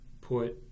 put